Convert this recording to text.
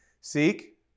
Seek